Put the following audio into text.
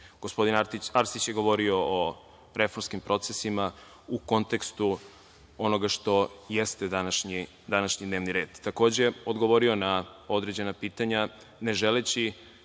Gospodin Arsić je govorio o reformskim procesima u kontekstu onoga što jeste današnji dnevni red. Takođe, je odgovorio na određena pitanja ne želeći